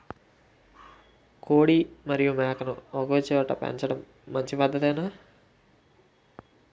కోడి మరియు మేక ను ఒకేచోట పెంచడం మంచి పద్ధతేనా?